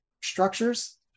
structures